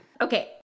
Okay